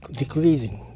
decreasing